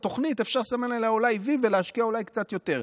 על התוכנית אולי אפשר לסמן וי ולהשקיע אולי קצת יותר.